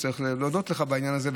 וצריך להודות לך בעניין הזה,